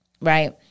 Right